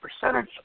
percentage